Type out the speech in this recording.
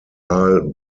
aal